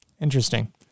interesting